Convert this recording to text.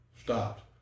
stopped